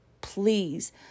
please